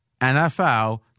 NFL –